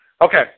Okay